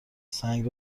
سنگ